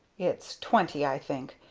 its twenty, i think.